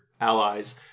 allies